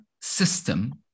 system